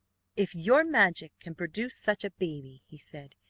if your magic can produce such a baby he said,